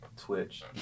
Twitch